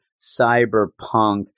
cyberpunk